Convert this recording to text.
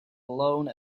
alone